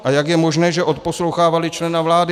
A jak je možné, že odposlouchávali člena vlády?